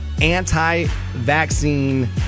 anti-vaccine